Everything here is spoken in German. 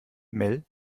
mel